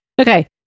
Okay